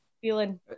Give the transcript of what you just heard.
feeling